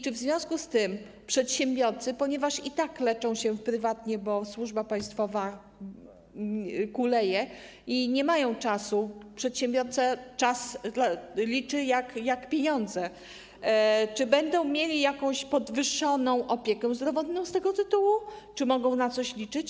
Czy w związku z tym przedsiębiorcy - ponieważ i tak leczą się prywatnie, bo służba państwowa kuleje i nie mają na to czasu, a przedsiębiorca czas liczy jak pieniądze - czy będą mieli jakąś podwyższoną opiekę zdrowotną z tego tytułu, czy mogą na coś liczyć?